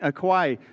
Kauai